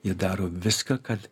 jie daro viską kad